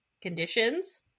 conditions